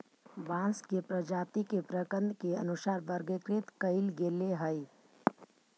बांस के प्रजाती के प्रकन्द के अनुसार वर्गीकृत कईल गेले हई